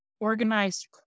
organized